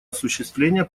осуществления